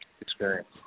experience